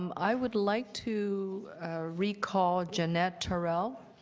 um i would like to recall jeanette tooral.